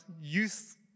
youth